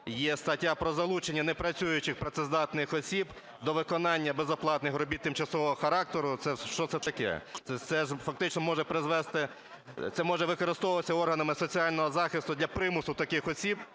є стаття про залучення непрацюючих працездатних осіб до виконання безоплатних робіт тимчасового характеру. Що це таке? Це фактично може призвести, це може використовуватися органами соціального захисту для примусу таких осіб